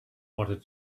wanted